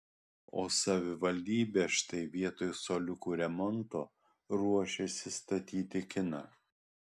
o savivaldybė štai vietoj suoliukų remonto ruošiasi statyti kiną